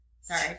Sorry